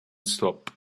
stop